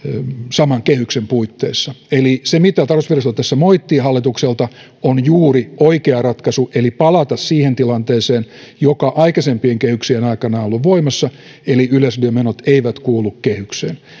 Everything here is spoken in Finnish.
saman kehyksen puitteissa eli se mistä tarkastusvirasto tässä moittii hallitusta on juuri oikea ratkaisu eli palata siihen tilanteeseen joka aikaisempien kehyksien aikana on ollut voimassa että yleisradion menot eivät kuulu kehykseen